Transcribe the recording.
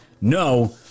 no